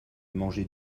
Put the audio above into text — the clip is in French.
manger